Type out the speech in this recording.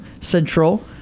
central